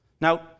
Now